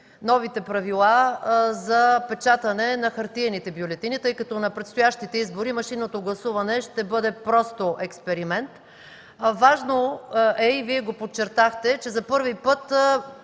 новите правила за печатане на хартиените бюлетини, тъй като на предстоящите избори машинното гласуване ще бъде просто експеримент. Важно е и Вие го подчертахте, че за първи път